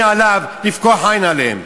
"ואשימה עיני עליו", לפקוח עין עליהם.